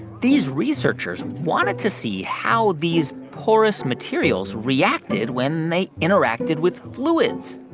these researchers wanted to see how these porous materials reacted when they interacted with fluids.